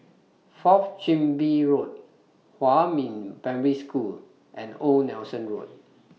Fourth Chin Bee Road Huamin Primary School and Old Nelson Road